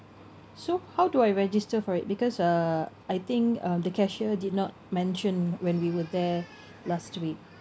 so how do I register for it because uh I think um the cashier did not mention when we were there last week